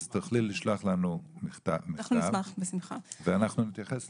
אז תוכלי לשלוח לנו מכתב ואנחנו נתייחס לזה.